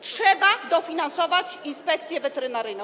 Trzeba dofinansować Inspekcję Weterynaryjną.